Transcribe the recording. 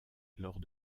lors